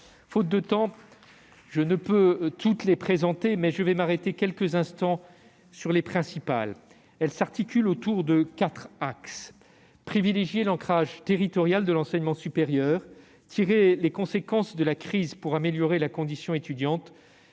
Faute de temps, je ne peux toutes les présenter, mais je m'arrêterai quelques instants sur les principales. Elles s'articulent autour de quatre axes : privilégier l'ancrage territorial de l'enseignement supérieur, tirer les conséquences de la crise pour améliorer la condition étudiante,